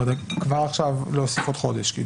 זאת אומרת כבר עכשיו להוסיף עוד חודש.